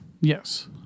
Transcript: Yes